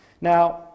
Now